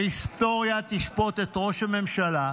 ההיסטוריה תשפוט את ראש הממשלה,